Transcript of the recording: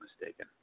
mistaken